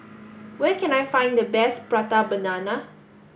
where can I find the best Prata Banana